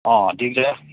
अँ ठिक छ